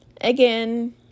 Again